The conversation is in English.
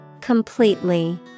Completely